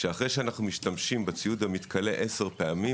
שאחרי שאנחנו משתמשים בציוד המתכלה עשר פעמים,